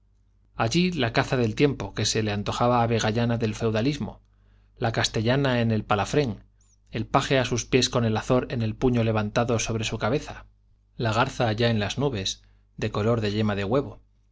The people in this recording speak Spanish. allí la caza del tiempo que se le antojaba a vegallana del feudalismo la castellana en el palafrén el paje a sus pies con el azor en el puño levantado sobre su cabeza la garza allá en las nubes de color de yema de huevo